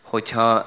Hogyha